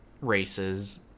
races